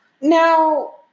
Now